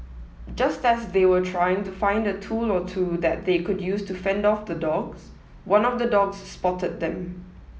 just as they were trying to find a tool or two that they could use to fend off the dogs one of the dogs spotted them